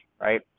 right